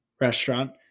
Restaurant